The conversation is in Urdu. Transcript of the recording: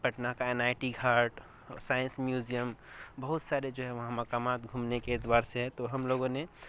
پٹنہ کا این آئی ٹی گھاٹ سائنس میوزیم بہت سارے جو ہے وہاں مقامات گھومنے کے اعتبار سے ہیں تو ہم لوگوں نے